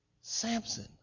Samson